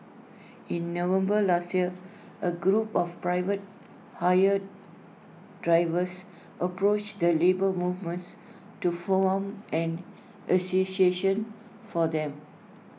in November last year A group of private hire drivers approached the labour movements to form an association for them